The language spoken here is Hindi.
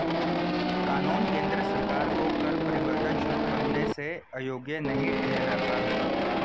कानून केंद्र सरकार को कर परिवर्तन शुरू करने से अयोग्य नहीं ठहराता है